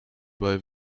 bei